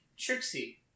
Trixie